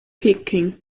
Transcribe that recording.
peking